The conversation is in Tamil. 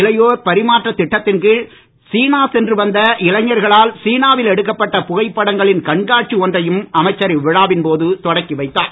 இளையோர் பரிமாற்ற திட்டத்தின் கீழ் சீனா சென்று வந்த இளைஞர்களால் சீனாவில் எடுக்கப்பட்ட புகைப்படங்களின் கண்காட்சி ஒன்றையும் அமைச்சர் இவ்விழாவின் போது தொடக்கி வைத்தார்